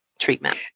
treatment